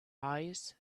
eyes